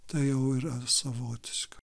tai jau yra savotiška